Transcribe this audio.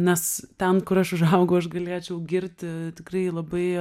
nes ten kur aš užaugau aš galėčiau girti tikrai labai